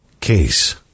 Case